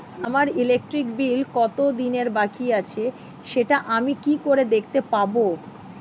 আমার electric bill কত দিনের বাকি আছে সেটা আমি কি করে দেখতে পাবো?